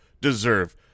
deserve